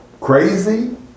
Crazy